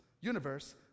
universe